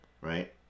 right